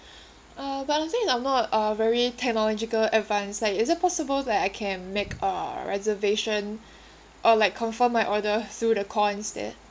uh but uh since I'm not uh very technological advanced like is it possible that I can make a reservation or like confirm my order through the call instead